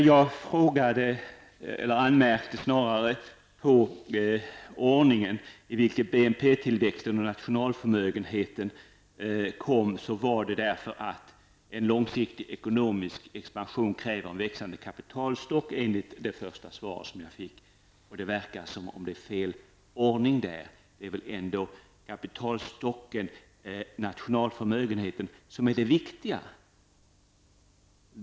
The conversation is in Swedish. Jag anmärkte på ordningen i BNP-tillväxten och nationalförmögenheten beroende på att en långsiktig ekonomisk expansion kräver en växande kapitalstock enligt det svar jag fick. Det verkar som om det är fråga om en felaktig ordning. Det är väl ändå kapitalstocken, nationalförmögenheten, som är det viktiga?